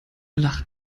lacht